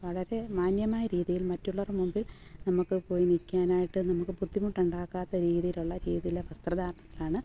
വളരെ മാന്യമായ രീതിയിൽ മറ്റുള്ളവരുടെ മുമ്പിൽ നമുക്ക് പോയി നിൽക്കാനായിട്ട് നമുക്ക് ബുദ്ധിമുട്ട് ഉണ്ടാകാത്ത രീതിയിലുള്ള രീതിയിലെ വസ്ത്രധാരണങ്ങളാണ്